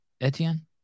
Etienne